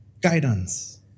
Guidance